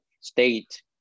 state